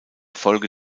folge